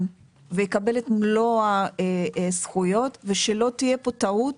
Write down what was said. ויקבל את מלוא הזכויות ושלא תהיה פה טעות